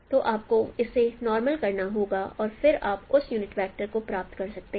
तो आपको इसे नॉर्मल करना होगा और फिर आप उस यूनिट वेक्टर को प्राप्त कर सकते हैं